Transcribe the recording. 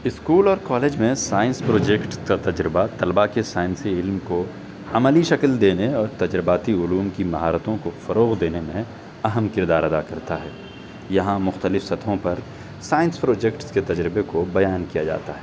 school اور college میں science project کا تجربہ طلبہ کے سائنسی علم کو عملی شکل دینے اور تجرباتی علوم کی مہارتوں کو فروغ دینے میں اہم کردار ادا کرتا ہے یہاں مختلف سطحوں پر سائنس پروجیکٹس کے تجربے کو بیان کیا جاتا ہے